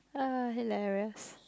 uh hilarious